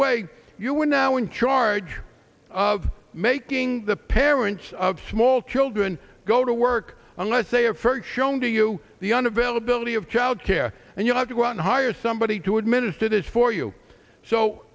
way you are now in charge of making the parents of small children go to work unless they are free shown to you the un availability of child care and you have to go out and hire somebody to administer this for you so